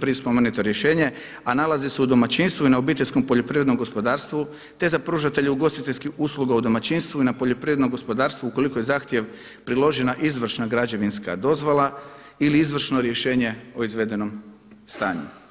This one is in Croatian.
prije spomenuto rješenje a nalazi se u domaćinstvu i na obiteljskom poljoprivrednom gospodarstvu, te za pružatelje ugostiteljskih usluga na domaćinstvu i na poljoprivrednom gospodarstvu ukoliko je zahtjevu priložena izvršna građevinska dozvola ili izvršno rješenje o izvedenom stanju.